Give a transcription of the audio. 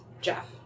Jeff